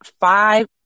five